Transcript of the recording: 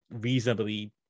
reasonably